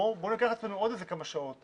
בואו ניקח על עצמנו עוד כמה שעות